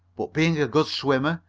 but, being a good swimmer,